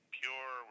pure